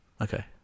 Okay